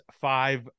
five